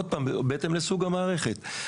בהתאם לסוג המערכת.